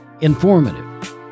Informative